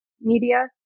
media